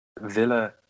Villa